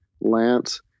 Lance